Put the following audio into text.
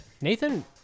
Nathan